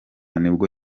nibwo